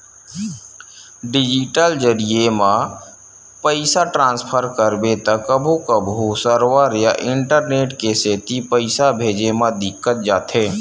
digital जरिए म पइसा ट्रांसफर करबे त कभू कभू सरवर या इंटरनेट के सेती पइसा भेजे म दिक्कत जाथे